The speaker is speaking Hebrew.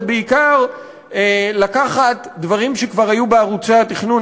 זה בעיקר לקחת דברים שכבר היו בערוצי התכנון